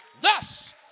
Thus